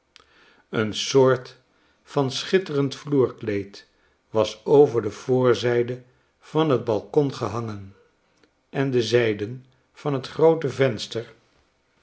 een soort van schitterend vloerkleed was over de voorzyde van het balkon gehangen en de zijden van het groote venster